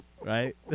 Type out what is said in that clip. Right